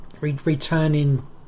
returning